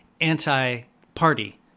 anti-party